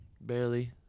barely